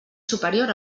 superior